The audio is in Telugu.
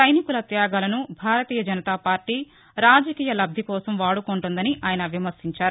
సైనికుల త్యాగాలను భారతీయ జనతాపార్లీ రాజకీయ లబ్గి కోసం వాడుకుంటుందని ఆయన విమర్శించారు